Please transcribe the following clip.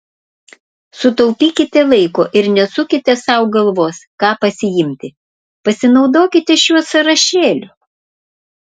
sutaupykite laiko ir nesukite sau galvos ką pasiimti pasinaudokite šiuo sąrašėliu